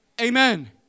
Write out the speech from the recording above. Amen